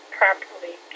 properly